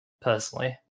personally